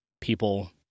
people